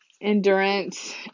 endurance